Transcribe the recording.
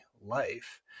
life